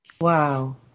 Wow